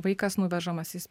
vaikas nuvežamas į